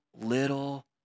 little